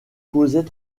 causaient